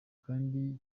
kandi